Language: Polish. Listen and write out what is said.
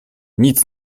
nic